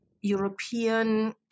European